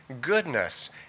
goodness